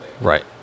Right